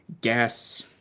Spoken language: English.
gas